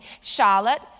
Charlotte